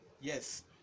yes